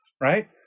right